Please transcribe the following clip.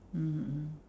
mm mm